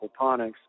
aquaponics